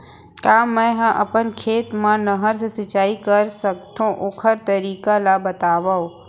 का मै ह अपन खेत मा नहर से सिंचाई कर सकथो, ओखर तरीका ला बतावव?